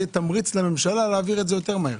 תמריץ לממשלה להעביר את זה מהר יותר.